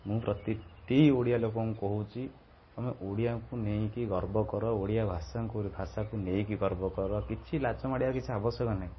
ମୁଁ ପ୍ରତିଟି ଓଡ଼ିଆ ଲୋକଙ୍କୁ କହୁଛି ଆମେ ଓଡ଼ିଆକୁ ନେଇକି ଗର୍ବ କର ଓଡ଼ିଆ ଭାଷାଙ୍କୁ ଭାଷାକୁ ନେଇକି ଗର୍ବ କର କିଛି ଲାଜ ମଡ଼ିବାର କିଛି ଆବଶ୍ୟକ ନାହିଁ